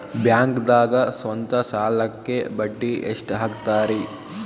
ಬ್ಯಾಂಕ್ದಾಗ ಸ್ವಂತ ಸಾಲಕ್ಕೆ ಬಡ್ಡಿ ಎಷ್ಟ್ ಹಕ್ತಾರಿ?